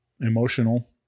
emotional